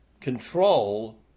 control